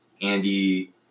Andy